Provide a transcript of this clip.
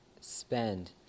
spend